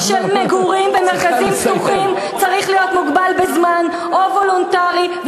שפתרון של מגורים במרכזים פתוחים צריך להיות מוגבל בזמן או וולונטרי,